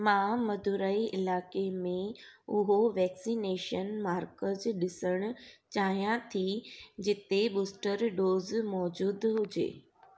मां मधुरई इलाइक़े में उहे वैक्सनेशन मार्कज़ ॾिसण चाहियां थी जिते बूस्टर डोज़ मौज़ूदु हुजे